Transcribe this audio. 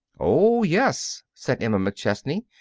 oh, yes, said emma mcchesney,